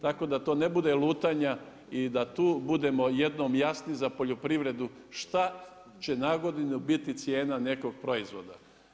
Tako da to ne bude lutanja i da tu budemo jednom jasni za poljoprivredu šta će na godinu biti cijena nekog proizvoda.